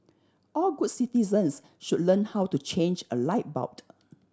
all good citizens should learn how to change a light bult